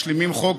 משלימים חוק